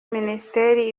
minisiteri